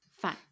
Fine